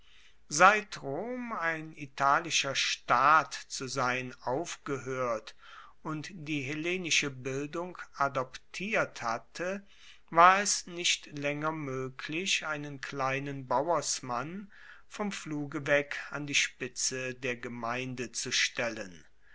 seit rom ein rein italischer staat zu sein aufgehoert und die hellenische bildung adoptiert hatte war es nicht laenger moeglich einen kleinen bauersmann vom pfluge weg an die spitze der gemeinde zu stellen